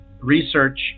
research